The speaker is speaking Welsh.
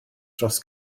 dros